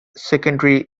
secondary